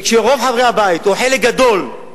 וכשרוב חברי הבית, או חלק גדול,